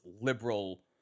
liberal